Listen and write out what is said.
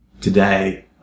Today